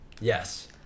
Yes